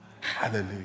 Hallelujah